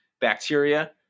bacteria